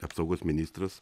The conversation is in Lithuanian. apsaugos ministras